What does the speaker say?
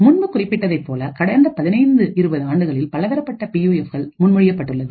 முன்பு குறிப்பிட்டதைப் போல கடந்த பதினைந்து இருபது ஆண்டுகளில்பலதரப்பட்ட பியூஎஃப்கள் முன்மொழியப்பட்டுள்ளது